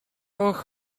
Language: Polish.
och